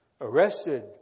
arrested